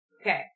Okay